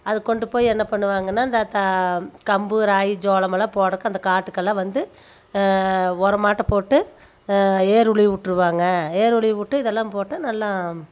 அதை கொண்டு போய் என்ன பண்ணுவாங்கனா அந்த தா கம்பு ராகி சோளம் எல்லாம் போடறக்கு அந்த காட்டுக்கு எல்லாம் வந்து உரமாட்டோம் போட்டு ஏறு உழுவி விட்ருவாங்க ஏறு உழுவி விட்டு இதெல்லாம் போட்டு நல்லா